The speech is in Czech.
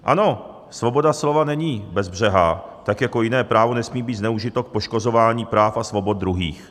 Ano, svoboda slova není bezbřehá, tak jako jiné právo nesmí být zneužito k poškozování práv a svobod druhých.